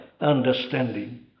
understanding